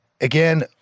again